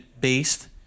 based